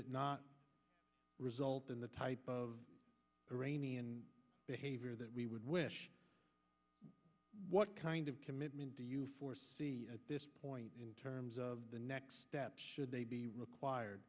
it not result in the type of iranian behavior that we would wish what kind of commitment do you foresee at this point in terms of the next step should they be required